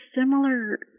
similar